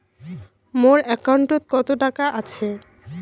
মোর একাউন্টত কত টাকা আছে?